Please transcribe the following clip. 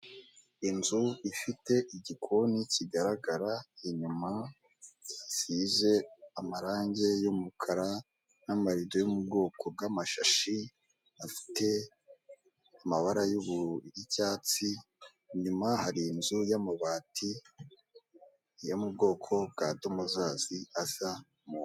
Inzu ifite igikoni kigaragara inyuma, gisize amarangi y'umukara n'amarido yo mu bwoko bw'amashashi, afite amabara y'icyatsi, inyuma hari inzu y'amabati yo mu bwoko bwa dumuzazi asa...